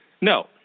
No